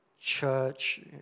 church